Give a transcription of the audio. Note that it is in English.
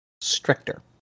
stricter